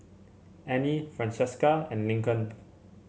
Anie Francesca and Lincoln